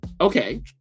Okay